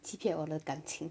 欺骗我的感情